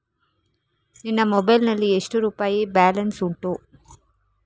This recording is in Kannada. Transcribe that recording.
ನಿನ್ನ ಮೊಬೈಲ್ ನಲ್ಲಿ ಎಷ್ಟು ರುಪಾಯಿ ಬ್ಯಾಲೆನ್ಸ್ ಉಂಟು?